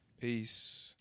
Peace